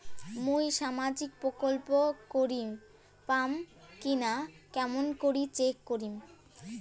মুই সামাজিক প্রকল্প করির পাম কিনা কেমন করি চেক করিম?